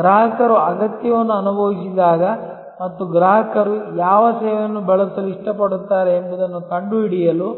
ಗ್ರಾಹಕರು ಅಗತ್ಯವನ್ನು ಅನುಭವಿಸಿದಾಗ ಮತ್ತು ಗ್ರಾಹಕರು ಯಾವ ಸೇವೆಯನ್ನು ಬಳಸಲು ಇಷ್ಟಪಡುತ್ತಾರೆ ಎಂಬುದನ್ನು ಕಂಡುಹಿಡಿಯಲು